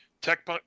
Tech